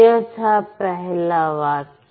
यह था पहला वाक्य